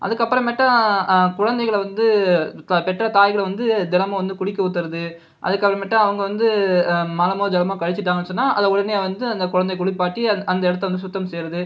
அதுக்கப்பறமேட்டாக குழந்தைகளை வந்து பெற்ற தாய்களை வந்து தினமும் வந்து குளிக்க ஊற்றுறது அதுக்கப்றமேட்டா அவங்க வந்து மலமோ ஜலமோ கழிச்சிட்டாங்கனு சொன்னால் அதை உடனே வந்து அந்த குழந்த குளிப்பாட்டி அந் அந்த இடத்த வந்து சுத்தம் செய்றது